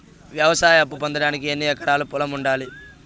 వ్యవసాయ అప్పు పొందడానికి ఎన్ని ఎకరాల పొలం ఉండాలి?